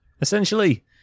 Essentially